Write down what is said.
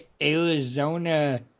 Arizona